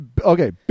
okay